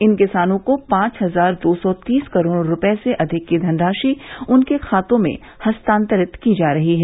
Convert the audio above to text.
इन किसानों को पांच हजार दो सौ तीस करोड़ रूपये से अधिक की धनराशि उनके खातों में हस्तांतरित की जा रही है